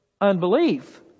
unbelief